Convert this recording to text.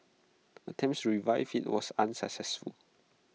attempts to revive IT was unsuccessful